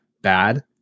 bad